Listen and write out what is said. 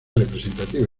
representativa